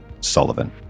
Sullivan